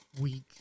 week